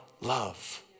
love